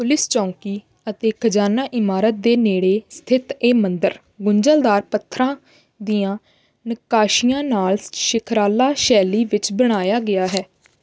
police ਚੌਕੀ ਅਤੇ ਖਜ਼ਾਨਾ ਇਮਾਰਤ ਦੇ ਨੇੜੇ ਸਥਿਤ ਇਹ ਮੰਦਰ ਗੁੰਝਲਦਾਰ ਪੱਥਰਾਂ ਦੀਆਂ ਨੱਕਾਸ਼ੀਆਂ ਨਾਲ ਸ਼ਿਖਰਾਲਾ ਸ਼ੈਲੀ ਵਿੱਚ ਬਣਾਇਆ ਗਿਆ ਹੈ